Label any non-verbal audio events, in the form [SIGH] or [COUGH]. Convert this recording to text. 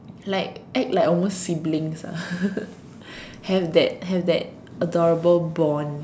like act like almost siblings [LAUGHS] have that have that adorable bond